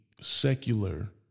secular